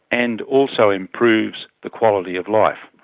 and also improves the quality of life.